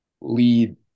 lead